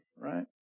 right